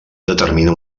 determina